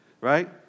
right